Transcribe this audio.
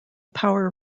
power